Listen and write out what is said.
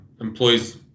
employees